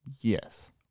Yes